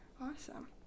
Awesome